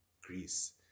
Greece